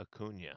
Acuna